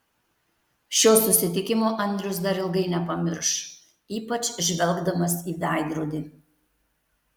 šio susitikimo andrius dar ilgai nepamirš ypač žvelgdamas į veidrodį